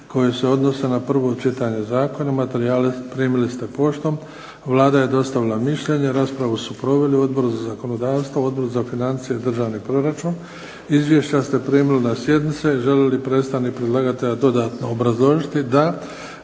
koje se odnose na prvo čitanje zakona. Materijale ste primili poštom. Vlada je dostavila mišljenje. Raspravu su proveli Odbor za zakonodavstvo, Odbor za financije i državni proračun. Izvješća ste primili na sjednici. Želi li predstavnik predlagatelja dodatno obrazložiti? Da.